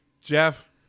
Jeff